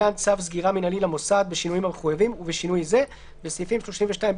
לחניכים או למטופלים בו (בסעיף זה תלמידים),